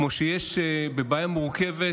וכמו בבעיה מורכבת,